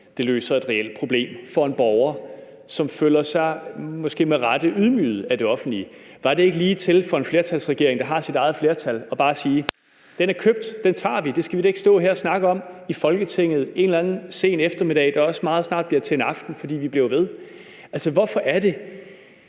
Det løser et reelt problem for en borger, som måske med rette føler sig ydmyget af det offentlige. Er det ikke ligetil for en flertalsregering, der har sit eget flertal, bare at sige: Den er købt, den tager vi; det skal vi da ikke stå her og snakke om i Folketinget en eller anden sen eftermiddag, som også meget snart bliver til aften, fordi vi bliver ved? Altså, hvorfor er det